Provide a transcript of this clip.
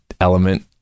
element